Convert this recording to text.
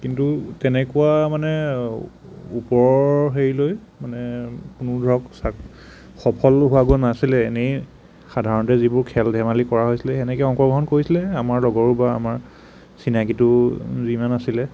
কিন্তু তেনেকুৱা মানে ওপৰৰ হেৰিলৈ মানে কোনো ধৰক সফল হোৱাগৈ নাছিলে এনেই সাধাৰণতে যিবোৰ খেল ধেমালি কৰা হৈছিলে সেই সেনেকৈয়ে অংশগ্ৰহণ কৰিছে এই আমাৰ লগৰো বা আমাৰ চিনাকিতো যিমান আছিলে